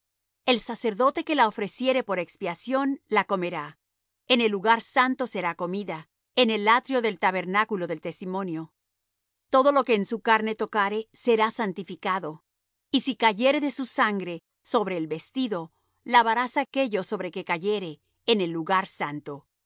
el sacerdote que la ofreciere por expiación la comerá en el lugar santo será comida en el atrio del tabernáculo del testimonio todo lo que en su carne tocare será santificado y si cayere de su sangre sobre el vestido lavarás aquello sobre que cayere en el lugar santo